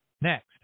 Next